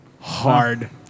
Hard